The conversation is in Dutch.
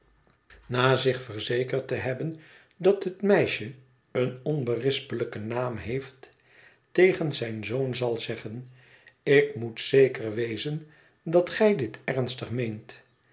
na zich verzekerd te hebben dat het meisje een onberispelijken naam heeft tegen zijn zoon zal zeggen ik moet zeker wezen dat gij dit ernstig meent